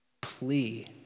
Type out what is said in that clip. plea